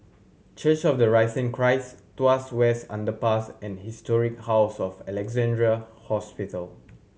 Church of the Risen Christ Tuas West Underpass and Historic House of Alexandra Hospital